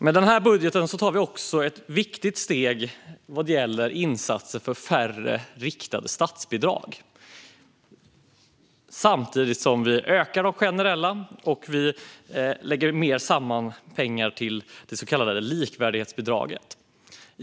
Med den här budgeten tar vi också ett viktigt steg vad gäller insatser för färre riktade statsbidrag, samtidigt som vi ökar de generella statsbidragen. Vi lägger samman mer pengar till det så kallade likvärdighetsbidraget.